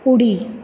उडी